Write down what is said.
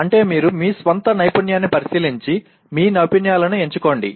అంటే మీరు మీ స్వంత నైపుణ్యాన్ని పరిశీలించి మీ నైపుణ్యాలను ఎంచుకోండి